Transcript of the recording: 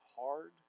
hard